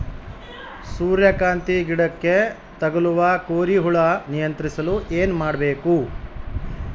ಸೂರ್ಯಕಾಂತಿ ಗಿಡಕ್ಕೆ ತಗುಲುವ ಕೋರಿ ಹುಳು ನಿಯಂತ್ರಿಸಲು ಏನು ಮಾಡಬೇಕು?